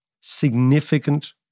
significant